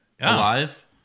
alive